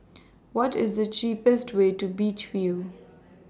What IS The cheapest Way to Beach View